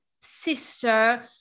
sister